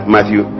Matthew